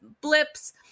blips